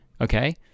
okay